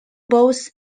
both